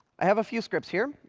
i have a few scripts here.